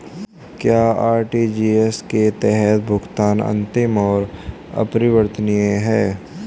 क्या आर.टी.जी.एस के तहत भुगतान अंतिम और अपरिवर्तनीय है?